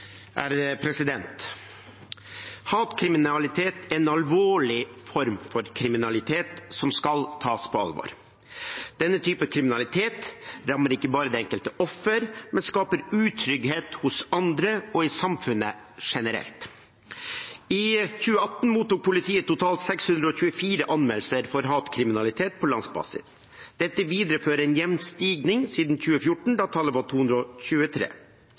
en alvorlig form for kriminalitet, som skal tas på alvor. Denne type kriminalitet rammer ikke bare det enkelte offer, men skaper utrygghet hos andre og i samfunnet generelt. I 2018 mottok politiet totalt 624 anmeldelser av hatkriminalitet på landsbasis. Dette viderefører en jevn stigning siden 2014, da tallet var 223.